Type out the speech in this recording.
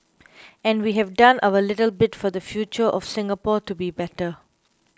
and we have done our little bit for the future of Singapore to be better